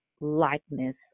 likeness